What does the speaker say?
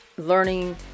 learning